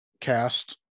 cast